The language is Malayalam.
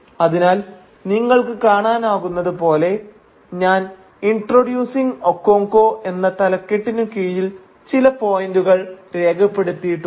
അതിനാൽ നിങ്ങൾക്ക് കാണാനാവുന്നത് പോലെ ഞാൻ ഇൻട്രൊഡ്യൂസിങ് ഒക്കോൻകോ എന്ന തലക്കെട്ടിനു കീഴിൽ ചില പോയന്റുകൾ രേഖപ്പെടുത്തിയിട്ടുണ്ട്